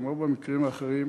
כמו במקרים האחרים,